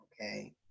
Okay